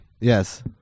Yes